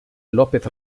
lópez